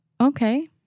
Okay